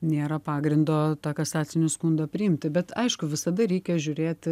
nėra pagrindo tą kasacinį skundą priimti bet aišku visada reikia žiūrėti